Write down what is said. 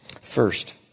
First